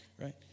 right